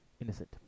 innocent